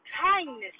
kindness